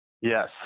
Yes